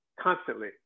constantly